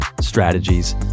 strategies